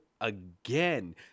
again